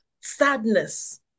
sadness